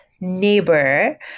neighbor